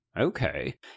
Okay